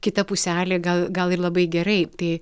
kita puselė gal gal ir labai gerai tai